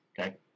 Okay